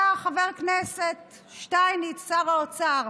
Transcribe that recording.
היה חבר כנסת שטייניץ שר האוצר,